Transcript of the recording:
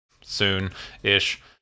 soon-ish